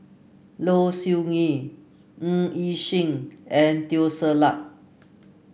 Low Siew Nghee Ng Yi Sheng and Teo Ser Luck